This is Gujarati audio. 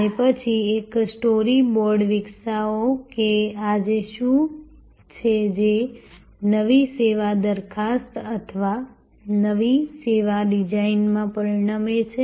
અને પછી એક સ્ટોરી બોર્ડ વિકસાવો કે આજે શું છે જે નવી સેવા દરખાસ્ત અથવા નવી સેવા ડિઝાઇનમાં પરિણમે છે